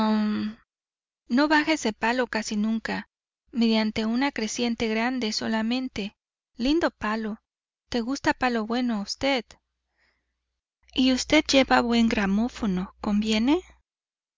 no baja ese palo casi nunca mediante una creciente grande solamente lindo palo te gusta palo bueno a usted y usted lleva buen gramófono conviene